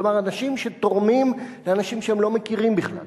כלומר, אנשים שתורמים לאנשים שהם לא מכירים בכלל,